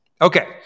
Okay